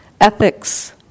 ethics